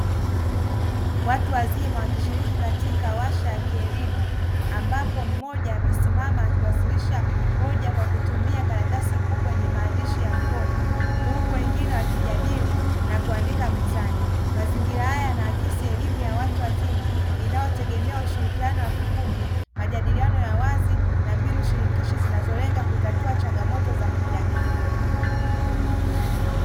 Watu wazima wakishiriki katika washa ya kielimu, ambapo, mmoja amesimama akiwasilisha hoja kwa kutumia karatasi kubwa yenye maandishi ya mkono. Huku wengine wakijadili na kuandika mezani. Mazingira haya yanaakisi elimu ya watu wazima, inayotegemea ushirikiano wa kikundi, majadiliano ya wazi na mbinu shirikishi, zinalenga kutatua changamoto za kijamii.